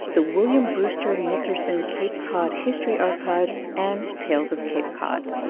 the william brewster nickerson cape cod history archives and tales of cape cod.